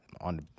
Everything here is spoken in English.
On